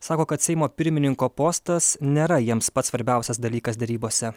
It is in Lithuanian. sako kad seimo pirmininko postas nėra jiems pats svarbiausias dalykas derybose